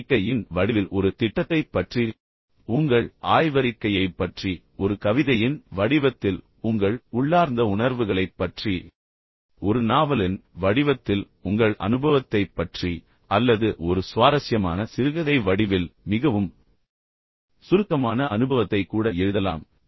ஒரு அறிக்கையின் வடிவில் ஒரு திட்டத்தைப் பற்றி ஒரு அறிக்கை அல்லது ஆய்வுக் கட்டுரையின் வடிவத்தில் உங்கள் ஆய்வறிக்கையைப் பற்றி ஒரு கவிதையின் வடிவத்தில் உங்கள் உள்ளார்ந்த உணர்வுகளைப் பற்றி ஒரு நாவலின் வடிவத்தில் உங்கள் அனுபவத்தைப் பற்றி அல்லது ஒரு சுவாரஸ்யமான சிறுகதை வடிவில் மிகவும் சுருக்கமான அனுபவத்தை கூட எழுதலாம்